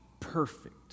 Perfect